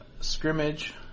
scrimmage